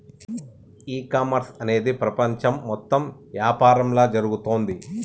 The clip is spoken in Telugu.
ఈ కామర్స్ అనేది ప్రపంచం మొత్తం యాపారంలా జరుగుతోంది